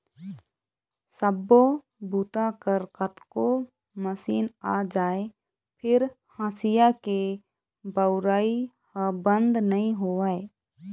सब्बो बूता बर कतको मसीन आ जाए फेर हँसिया के बउरइ ह बंद नइ होवय